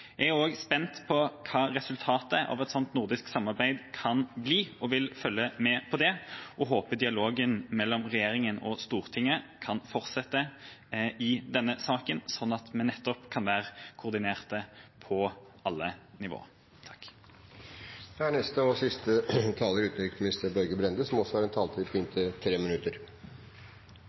Jeg er også spent på hva resultatet av et slikt nordisk samarbeid kan bli, og vil følge med på det, og jeg håper dialogen mellom regjeringa og Stortinget kan fortsette i denne saken, sånn at vi kan være koordinerte på alle nivå. Jeg vil føye meg til rekken av dem som